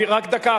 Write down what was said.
רק דקה,